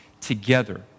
together